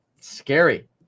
Scary